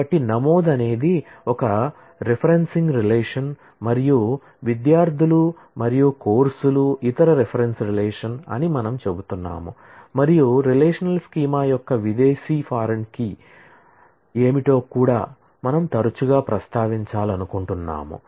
కాబట్టి నమోదు అనేది ఒక రెఫెరెన్సిన్గ్ రిలేషన్ ఏమిటో కూడా మనం తరచుగా ప్రస్తావించాలనుకుంటున్నాము